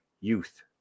Youth